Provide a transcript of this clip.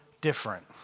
different